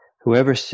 whoever